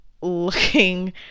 looking